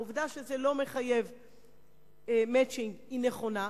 העובדה שזה לא מחייב "מצ'ינג" היא נכונה,